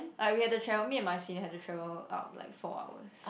like we had to travel me and my senior had to travel up like four hours